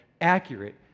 accurate